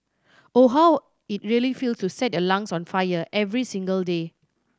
or how it really feels to set your lungs on fire every single day